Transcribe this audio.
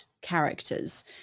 characters